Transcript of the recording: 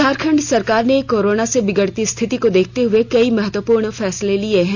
झारखंड सरकार ने कोरोना से बिगड़ती स्थिति को देखते हुए कई महत्वपूर्ण फैसले लिए हैं